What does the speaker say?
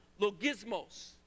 logismos